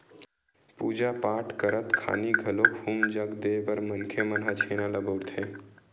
पूजा पाठ करत खानी घलोक हूम जग देय बर मनखे मन ह छेना ल बउरथे